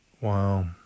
Wow